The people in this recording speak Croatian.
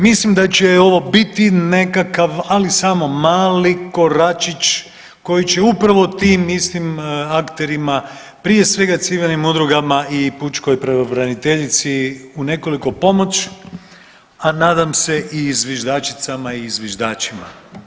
Mislim da će ovo biti nekakav ali samo mali koračić koji će upravo tim istim akterima, prije svega civilnim udrugama i pučkoj pravobraniteljice u nekoliko pomoći, a nadam se i zviždačicama i zviždačima.